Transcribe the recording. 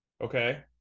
Okay